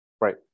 Right